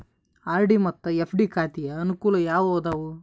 RD ಮತ್ತು FD ಖಾತೆಯ ಅನುಕೂಲ ಯಾವುವು ಅದಾವ?